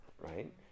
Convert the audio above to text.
right